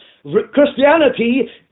Christianity